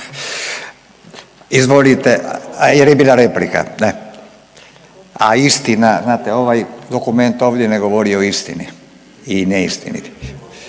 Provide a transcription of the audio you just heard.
Izvolite. A je li bila replika? Ne. A istina, znate ovaj dokument ovdje ne govori o istini i neistini.